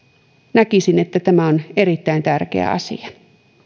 näkisin että tämä on erittäin tärkeä asia